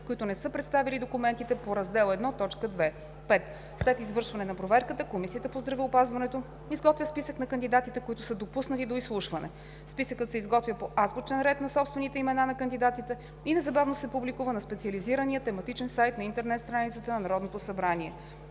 които не са представили документите по Раздел I, т. 2. 5. След извършване на проверката, Комисията по здравеопазването изготвя списък на кандидатите, които са допуснати до изслушване. Списъкът се изготвя по азбучен ред на собствените имена на кандидатите и незабавно се публикува на специализирания тематичен сайт на интернет страницата на Народното събрание.